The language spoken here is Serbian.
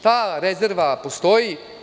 Ta rezerva postoji.